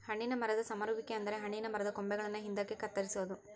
ಹಣ್ಣಿನ ಮರದ ಸಮರುವಿಕೆ ಅಂದರೆ ಹಣ್ಣಿನ ಮರದ ಕೊಂಬೆಗಳನ್ನು ಹಿಂದಕ್ಕೆ ಕತ್ತರಿಸೊದು